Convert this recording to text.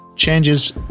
changes